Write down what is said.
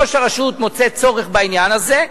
ראש הרשות מוצא צורך בעניין הזה,